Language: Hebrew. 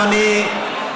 אדוני,